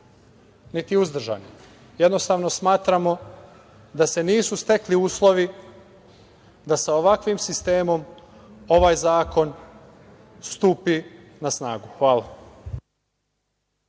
niti uzdržani. Jednostavno smatramo da se nisu stekli uslovi da sa ovakvim sistemom ovaj zakon stupi na snagu. Hvala.